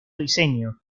diseño